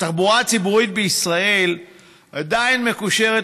התחבורה הציבורית בישראל עדיין מקושרת,